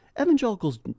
Evangelicals